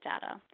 data